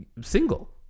single